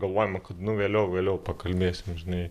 galvojama kad nu vėliau vėliau pakalbėsim žinai